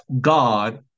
God